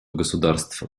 государств